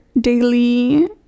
daily